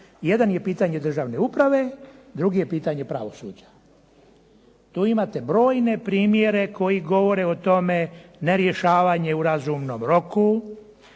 Jedan je pitanje državne uprave, drugi je pitanje pravosuđa. Tu imate brojne primjere koji govore o tome nerješavanje u razumnom roku,